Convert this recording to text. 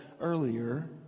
earlier